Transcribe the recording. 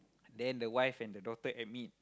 then the wife and the daughter admit